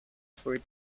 for